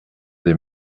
des